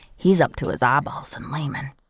he's up to his eyeballs in lehmann.